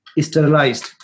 sterilized